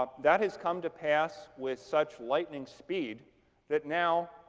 ah that has come to pass with such lightning speed that now